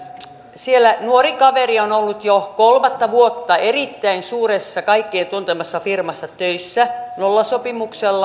siellä nuori kaveri on ollut jo kolmatta vuotta erittäin suuressa kaikkien tuntemassa firmassa töissä nollasopimuksella